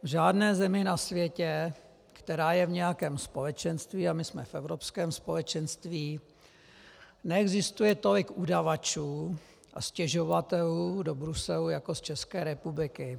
V žádné zemi na světě, která je v nějakém společenství, a my jsme v Evropském společenství, neexistuje tolik udavačů a stěžovatelů do Bruselu jako z České republiky.